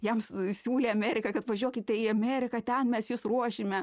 jam siūlė amerika kad važiuokite į ameriką ten mes jus ruošime